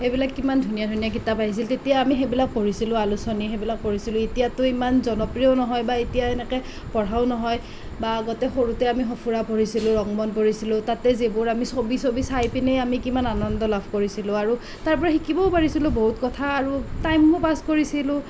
এইবিলাক কিমান ধুনীয়া ধুনীয়া কিতাপ আহিছিল তেতিয়া আমি সেইবিলাক পঢ়িছিলোঁ আলোচনী সেইবিলাক পঢ়িছিলোঁ এতিয়াতো ইমান জনপ্ৰিয়ও নহয় বা এতিয়া এনেকৈ পঢ়াও নহয় বা আগতে সৰুতে আমি সফুৰা পঢ়িছিলোঁ ৰংমন পঢ়িছিলোঁ তাতে যিবোৰ আমি ছবি ছবি চাই পিনেই আমি কিমান আনন্দ লাভ কৰিছিলোঁ আৰু তাৰ পৰা শিকিবও পাৰিছিলোঁ বহুত কথা আৰু টাইমো পাছ কৰিছিলোঁ